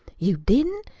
you didn't?